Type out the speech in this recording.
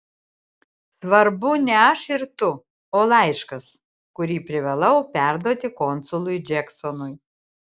svarbu ne aš ir tu o laiškas kurį privalau perduoti konsului džeksonui